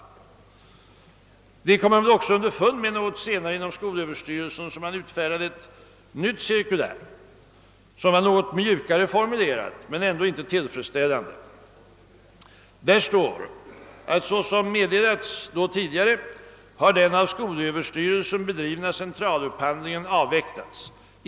Detta kom man antagligen också senare underfund med inom skolöverstyrelsen, och då utfärdades ett nytt cirkulär som var något mjukare formulerat men ändå inte tillfredsställande. I detta står: »Såsom meddelats i Aktuellt 1964/65: 25 har den av skolöverstyrelsen bedrivna centralupphandlingen avvecklats.